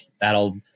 that'll